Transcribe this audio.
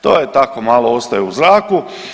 To je tako malo ostaje u zraku.